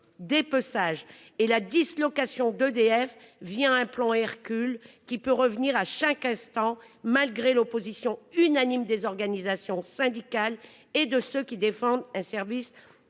dépeçage et de dislocation d'EDF un plan Hercule qui peut revenir à chaque instant, malgré l'opposition unanime des organisations syndicales et de ceux qui défendent un service